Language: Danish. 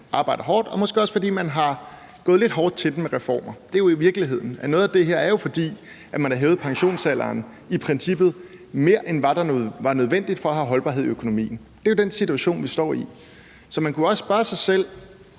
arbejder hårdt, og måske også fordi man er gået lidt hårdt til dem med reformer. Det er jo virkeligheden, at noget af det her skyldes, at man har hævet pensionsalderen i princippet mere, end hvad der var nødvendigt for at have holdbarhed i økonomien. Det er den situation, vi står i. Så man kunne også spørge: Vil